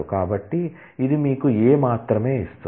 కాబట్టి ఇది మీకు A మాత్రమే ఇస్తుంది